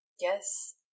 Yes